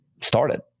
started